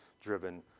driven